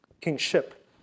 kingship